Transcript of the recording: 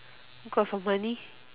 because of money